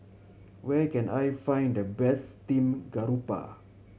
where can I find the best steamed garoupa